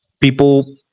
people